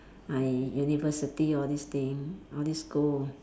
I university all this thing all this goal